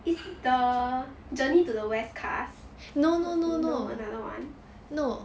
is the journey to the west cast no another one